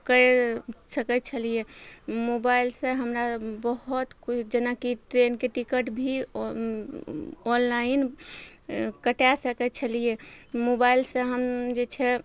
करि सकय छलियै मोबाइलसँ हमरा बहुत किछु जेनाकि ट्रेनके टिकट भी ऑन ऑनलाइन कटय सकय छलियै मोबाइलसँ हम जे छै